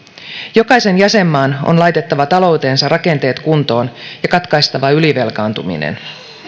jokaisen jäsenmaan on laitettava taloutensa rakenteet kuntoon ja katkaistava ylivelkaantuminen